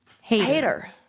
hater